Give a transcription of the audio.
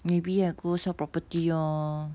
maybe I go sell property lor